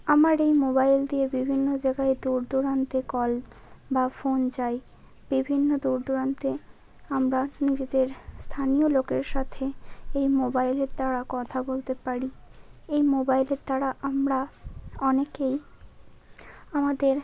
আমার এই মোবাইল দিয়ে বিভিন্ন জায়গায় দূরদূরান্তে কল বা ফোন যায় বিভিন্ন দূরদূরান্তে আমরা নিজেদের স্থানীয় লোকের সাথে এই মোবাইলের দ্বারা কথা বলতে পারি এই মোবাইলের দ্বারা আমরা অনেকেই আমাদের